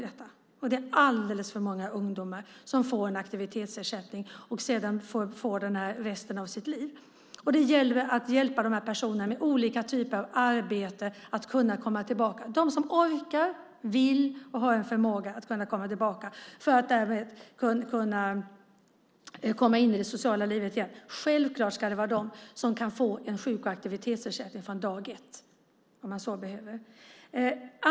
Och det är alldeles för många ungdomar som får en aktivitetsersättning och sedan får det resten av sitt liv. Det gäller att med olika typer av arbete hjälpa dessa personer att kunna komma tillbaka. De som orkar, vill och har en förmåga att komma tillbaka och därmed komma in i det sociala livet igen ska självklart kunna få en sjuk och aktivitetsersättning från dag ett, om de så behöver.